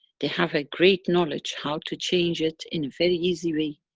they have a great knowledge, how to change it, in a very easy way.